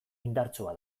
indartsua